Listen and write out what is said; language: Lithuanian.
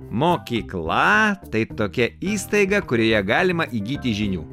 mokykla tai tokia įstaiga kurioje galima įgyti žinių